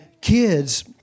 kids